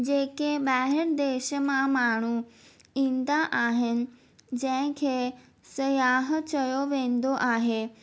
जेके ॿाहिरि देश मां माण्हू ईंदा आहिनि जंहिंखे सयाहु चयो वेंदो आहे